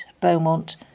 Beaumont